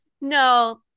no